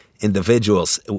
individuals